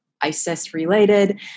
ISIS-related –